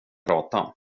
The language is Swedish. prata